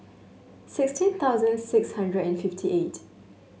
sixteen thousand six hundred and fifty eight